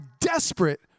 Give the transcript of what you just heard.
desperate